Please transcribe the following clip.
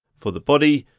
for the body,